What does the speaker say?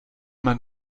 man